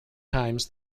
times